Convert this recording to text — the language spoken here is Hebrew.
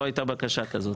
לא הייתה בקשה כזאת.